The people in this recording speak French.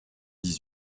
dix